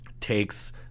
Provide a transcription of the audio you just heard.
takes